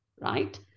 right